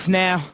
now